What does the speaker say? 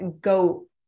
go